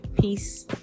Peace